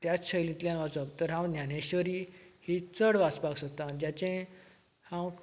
त्याच शैलितल्यान वाचप तर हांव ज्ञानेश्वरी ही चड वाचपाक सोदता जाचे हांव